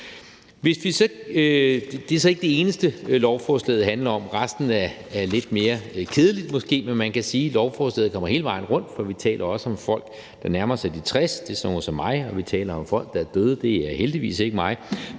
Det er så ikke det eneste, lovforslaget handler om. Resten er lidt mere kedeligt måske, men man kan sige, at lovforslaget kommer hele vejen rundt, for vi taler også om folk, der nærmer sig 60 år, det er sådan nogle som mig, og vi taler om folk, der er døde, det er heldigvis ikke mig,